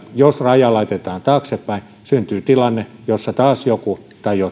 jos raja laitetaan taaksepäin syntyy tilanne jossa taas jotkut